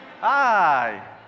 Hi